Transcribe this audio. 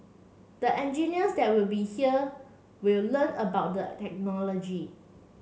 the engineers that will be here will learn about the technology